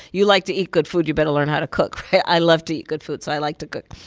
you like to eat good food, you better but learn how to cook, right? i love to eat good food, so i like to cook.